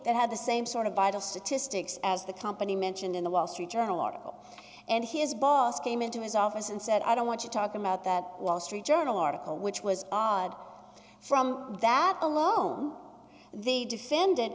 that had the same sort of vital statistics as the company mentioned in the wall street journal article and his boss came into his office and said i don't want to talk about that wall street journal article which was odd from that alone the defendant